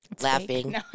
laughing